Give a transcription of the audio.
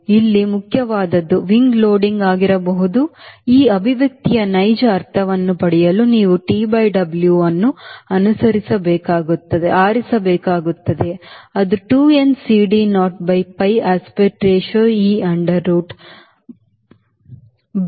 ಇಲ್ಲಿ ಮುಖ್ಯವಾದುದು wing loading ಆಗಿರಬಹುದು ಈ ಅಭಿವ್ಯಕ್ತಿಯ ನೈಜ ಅರ್ಥವನ್ನು ಪಡೆಯಲು ನೀವು TW ಅನ್ನು ಆರಿಸಬೇಕಾಗುತ್ತದೆ ಅದು 2 n CD naught by pi aspect ratio e under root